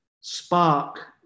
spark